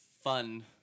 fun